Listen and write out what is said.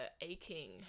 aching